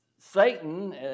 Satan